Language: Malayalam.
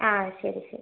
ആ ശരി ശരി